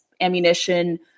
ammunition